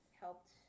helped